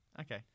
Okay